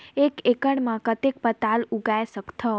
एक एकड़ मे कतेक पताल उगाय सकथव?